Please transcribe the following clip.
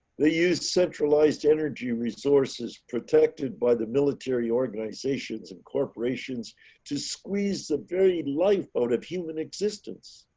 they use centralized energy resources protected by the military organizations and corporations to squeeze the very lifeboat of human existence.